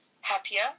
happier